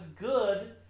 good